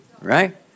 right